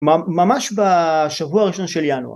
‫מ.. ממש בשבוע הראשון של ינואר.